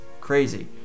crazy